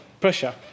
Pressure